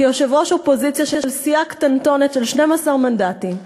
כיושב-ראש אופוזיציה של סיעה קטנטונת של 12 מנדטים,